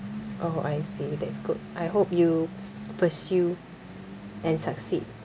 oh I see that's good I hope you pursue and succeed